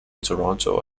toronto